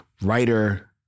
writer